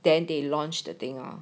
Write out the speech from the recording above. then they launched the thing ah